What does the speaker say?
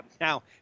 Now